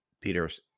Peter's